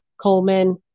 Coleman